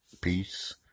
peace